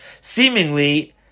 Seemingly